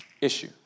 issue